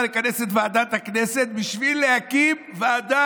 לכנס את ועדת הכנסת בשביל להקים ועדה